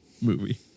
movie